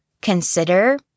consider